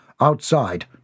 outside